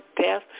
death